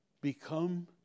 become